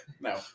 No